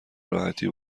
راحتی